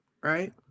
right